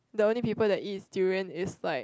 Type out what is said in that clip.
the only people that eat durian is like